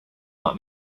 want